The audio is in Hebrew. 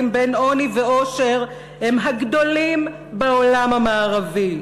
בין עוני ועושר הם הגדולים בעולם המערבי,